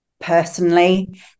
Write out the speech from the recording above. personally